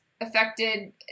affected